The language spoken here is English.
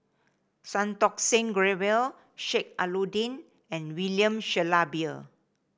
Santokh Singh Grewal Sheik Alau'ddin and William Shellabear